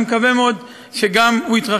אני מקווה מאוד שהוא יתרחב,